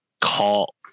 call